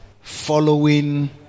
following